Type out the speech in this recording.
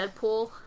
Deadpool